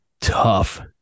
tough